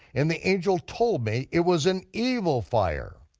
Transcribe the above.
and the angel told me it was an evil fire.